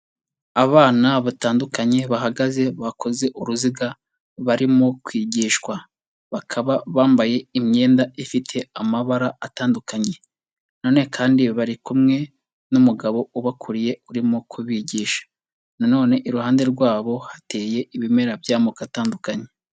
Abana batandukanye bahagaze bakoze uruziga barimo kwigishwa, bakaba bambaye imyenda ifite amabara atandukanye na none kandi bari kumwe n'umugabo ubakuriye urimo kubigisha na none iruhande rwabo hateye ibimera by'amoko atandukanye.